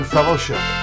Fellowship